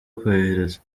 kohereza